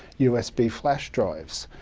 usb flash drives,